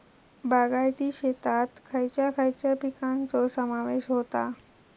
बागायती शेतात खयच्या खयच्या पिकांचो समावेश होता?